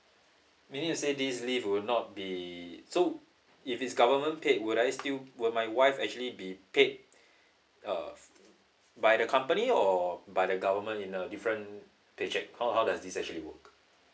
meaning to say this leave will not be so if it's government paid would I still will my wife actually be paid uh by the company or by the government in a different paycheck how how does this actually work